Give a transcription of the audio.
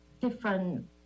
different